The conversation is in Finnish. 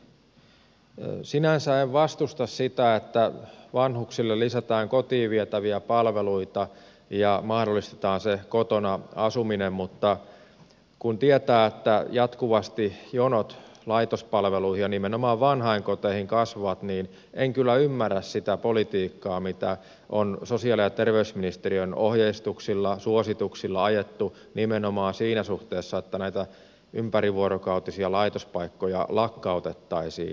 sinänsä en vastusta sitä että vanhuksille lisätään kotiin vietäviä palveluita ja mahdollistetaan se kotona asuminen mutta kun tietää että jatkuvasti jonot laitospalveluihin ja nimenomaan vanhainkoteihin kasvavat niin en kyllä ymmärrä sitä politiikkaa mitä on sosiaali ja terveysministeriön ohjeistuksilla suosituksilla ajettu nimenomaan siinä suhteessa että näitä ympärivuorokautisia laitospaikkoja lakkautettaisiin